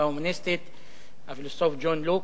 ג'ון לוק.